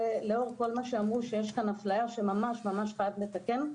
לאור כל מה שאמרו שיש כאן אפליה שממש ממש חייבים לתקן,